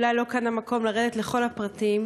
אולי לא כאן המקום לרדת לכל הפרטים,